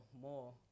more